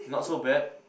not so bad